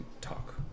talk